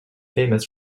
famous